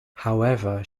however